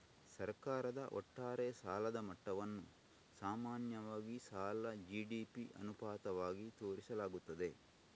ಸರ್ಕಾರದ ಒಟ್ಟಾರೆ ಸಾಲದ ಮಟ್ಟವನ್ನು ಸಾಮಾನ್ಯವಾಗಿ ಸಾಲ ಜಿ.ಡಿ.ಪಿ ಅನುಪಾತವಾಗಿ ತೋರಿಸಲಾಗುತ್ತದೆ